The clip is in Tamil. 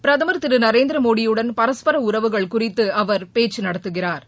பிரதமா் திரு நரேந்திரமோடியுடன் பரஸ்பர உறவுகள் குறித்து அவா் பேச்சு நடத்துகிறாா்